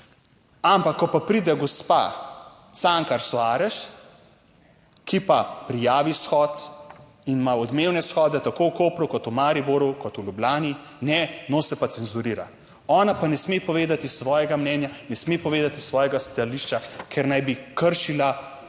Ampak ko pa pride gospa Cankar Soares, ki pa prijavi shod in ima odmevne shode tako v Kopru kot v Mariboru kot v Ljubljani, ne, njo se pa cenzurira. Ona pa ne sme povedati svojega mnenja, ne sme povedati svojega stališča, ker naj bi kršila ali